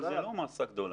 אבל זה לא מסה גדולה.